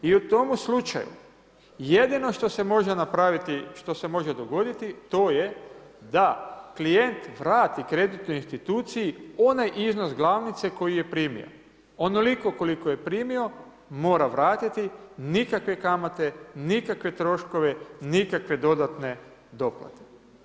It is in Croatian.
I u tomu slučaju jedino što se može napraviti, što se može dogoditi to je da klijent vrati kreditnoj instituciji onaj iznos glavnice koju je primio, onoliko koliko je primio mora vratiti, nikakve kamate, nikakve troškove, nikakve dodatne doplate.